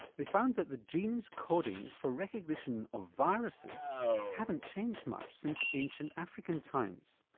they found that the genes coding for recognition of viruses haven't changed much since ancient african times.